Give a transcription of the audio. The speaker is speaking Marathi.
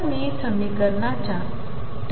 वर समाकलित करतो